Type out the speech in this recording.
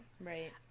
Right